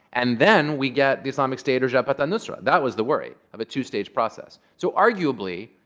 and then we get the islamic state or jabhat al-nusra. that was the worry, of a two-stage process. so arguably,